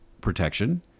protection